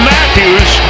Matthews